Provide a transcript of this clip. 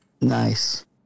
Nice